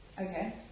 Okay